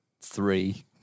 three